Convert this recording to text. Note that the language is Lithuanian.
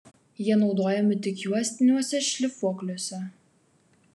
jie naudojami tik juostiniuose šlifuokliuose